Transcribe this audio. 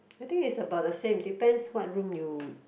I think is about the same depends what room you